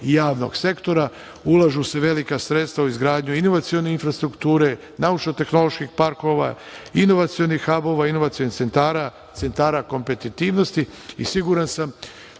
i javnog sektora, ulažu se velika sredstva u izgradnju inovacione infrastrukture, naučno-tehnoloških parkova, inovacionih habova, inovacionih centara, centara kompetitivnosti i siguran